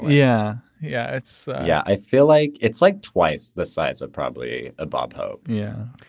yeah. yeah. it's. yeah. i feel like it's like twice the size of probably a bob hope. yeah.